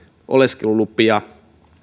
oleskelulupia